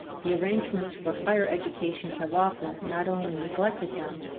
the arrangements for higher education have often not only neglected them,